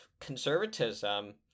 conservatism